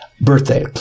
birthday